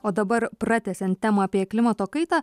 o dabar pratęsiant temą apie klimato kaitą